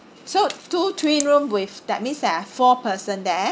so two twin room with that means there are four person there